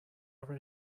are